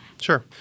Sure